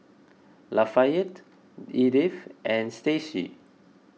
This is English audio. Lafayette Edythe and Stacie